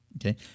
Okay